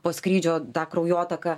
po skrydžio tą kraujotaką